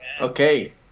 Okay